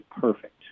perfect